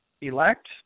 elect